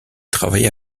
travailla